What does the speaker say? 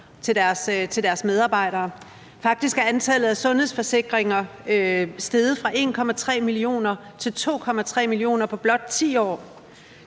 Faktisk er antallet af sundhedsforsikringer steget fra 1,3 millioner til 2,3 millioner på blot 10 år.